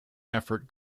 effort